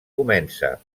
comença